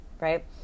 right